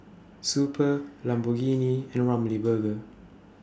Super Lamborghini and Ramly Burger